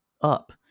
up